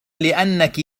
لأنك